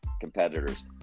competitors